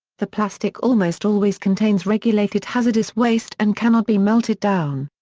the plastic almost always contains regulated hazardous waste and cannot be melted down.